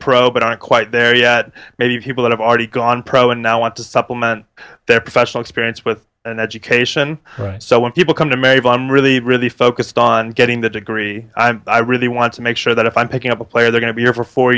pro but aren't quite there yet maybe people who have already gone pro and now want to supplement their professional experience with an education so when people come to me if i'm really really focused on getting that degree i really want to make sure that if i'm picking up a player they're going to be here for four